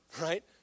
right